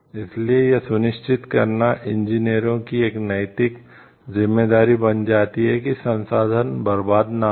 इसलिए यह सुनिश्चित करना इंजीनियरों की एक नैतिक जिम्मेदारी बन जाती है कि संसाधन बर्बाद न हों